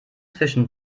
zwischen